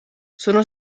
sono